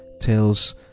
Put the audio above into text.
tells